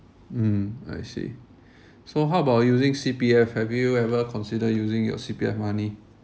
mm I see so how about using C_P_F have you ever consider using your C_P_F money